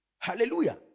Hallelujah